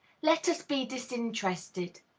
let us be disinterested.